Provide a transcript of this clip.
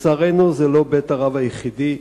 לצערנו, זה לא בית הרב היחידי.